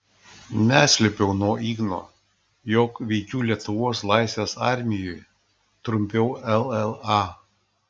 neslėpiau nuo igno jog veikiu lietuvos laisvės armijoje trumpiau lla